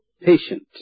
patient